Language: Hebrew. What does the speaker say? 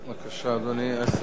עשר דקות לרשותך.